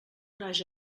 naix